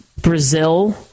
Brazil